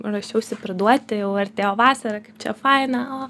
ruošiausi priduoti jau artėjo vasara kaip čia faina